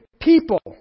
people